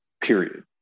period